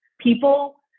people